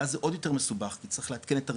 ואז זה עוד יותר מסובך כי צריך לעדכן את הרישומים,